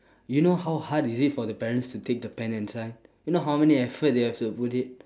you know how hard is it for the parents to take the pen inside you know how many effort they have to put in